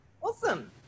awesome